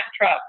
truck